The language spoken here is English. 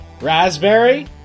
Raspberry